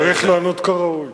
צריך לענות כראוי.